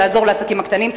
לעזור לעסקים הקטנים.